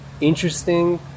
interesting